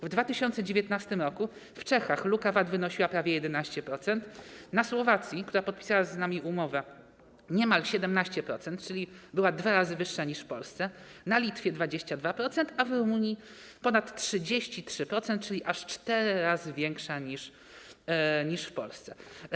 W 2019 r. w Czechach luka VAT wynosiła prawie 11%, na Słowacji, która podpisała z nami umowę, niemal 17%, czyli była dwa razy większa niż w Polsce, na Litwie - 22%, a w Rumunii - ponad 33%, czyli aż 4 razy większa niż w Polsce.